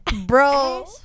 Bro